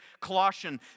Colossians